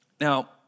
Now